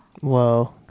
Whoa